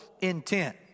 intent